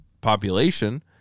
population